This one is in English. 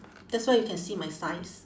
that's why you can see my size